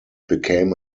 became